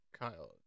Kyle